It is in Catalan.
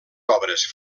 obres